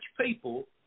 people